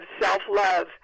self-love